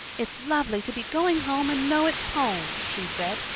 it's lovely to be going home and know it's home, she said.